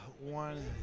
one